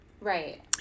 Right